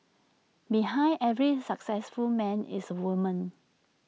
behind every successful man is A woman